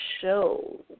show